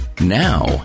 Now